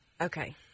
Okay